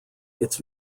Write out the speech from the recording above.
its